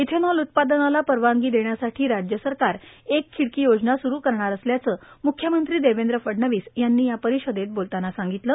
ethanol उत्पादनाला परवानगी देण्यासाठी राज्य सरकार एक खिडकी योजना सुरू करणार असल्याचं मुख्यमंत्री देवेंद्र फडणवीस यांनी या परि देत बोलताना सांगितलं